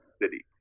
city